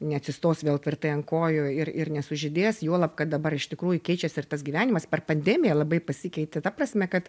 neatsistos vėl tvirtai ant kojų ir ir nesužydės juolab kad dabar iš tikrųjų keičiasi ir tas gyvenimas per pandemiją labai pasikeitė ta prasme kad